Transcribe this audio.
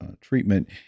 treatment